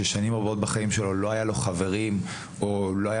ששנים רבות בחיים שלו לא היו לו חברים או לא היה